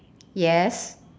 yes